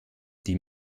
die